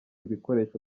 ibikoresho